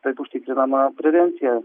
taip užtikrinama prevencija